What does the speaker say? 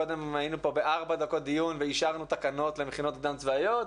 מקודם היינו פה בארבע דקות דיון ואישרנו תקנות למכינות קדם צבאיות,